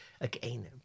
again